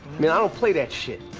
i mean i don't play that shit.